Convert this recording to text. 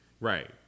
right